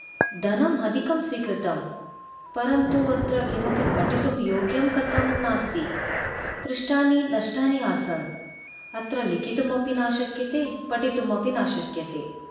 धनम् अधिकं स्वीकृतम् परन्तु अत्र किमपि पठितुं योग्यं कथं नास्ति पृष्ठाणि नष्टानि आसन् अत्र लेखितुम् अपि न शक्यते पठितुम् अपि न शक्यते